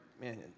man